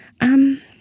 Um